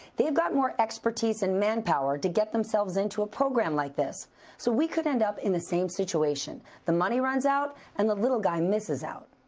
they have more expertise and manpower to get themselves into a program like this so we could end up in the same situation. the money runs out and the little guy misses out.